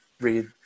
read